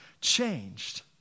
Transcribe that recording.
changed